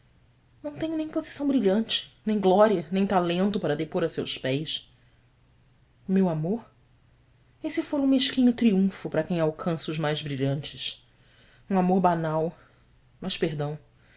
não tenho nem posição brilhante nem glória nem talento para depor a seus pés o meu amor esse fora um mesquinho triunfo para quem alcança os mais brilhantes um amor banal mas perdão